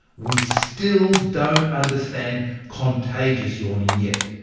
we still don't understand contagious yawning yet.